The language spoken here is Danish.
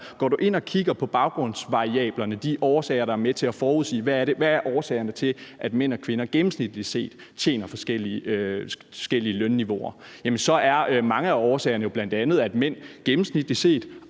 Går du ind og kigger på baggrundsvariablerne, altså hvad årsagerne er til, at mænd og kvinder gennemsnitligt set har forskellige lønniveauer, så er mange af årsagerne jo bl.a., at mænd gennemsnitligt set